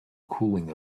cooling